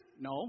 No